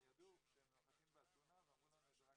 הם ידעו שהם נוחתים באתונה ואמרו לנו את זה רק